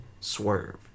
swerve